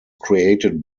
created